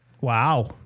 Wow